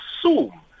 assume